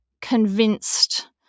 convinced